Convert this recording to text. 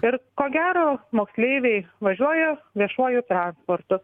ir ko gero moksleiviai važiuoja viešuoju transportu